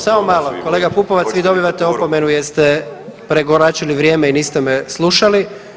Samo malo, kolega Pupovac vi dobivate opomenu jer ste prekoračili vrijeme i niste me slušali.